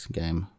game